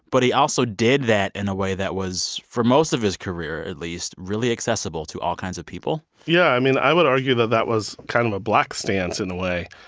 but he also did that in a way that was for most of his career, at least really accessible to all kinds of people yeah. i mean, i would argue that that was kind of a black stance, in a way,